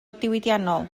diwydiannol